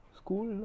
school